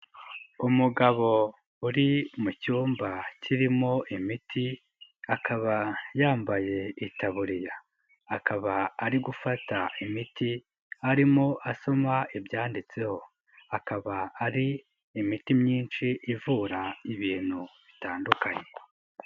Umugabo uri mu cyumba kirimo imiti, akaba yambaye itaboburiya, akaba ari gufata imiti arimo asoma ibyanditseho, akaba ari imiti myinshi ivura ibintu bitandukanye.